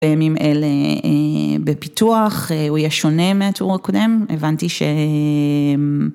בימים אלה בפיתוח הוא יהיה שונה מהטור הקודם הבנתי ש...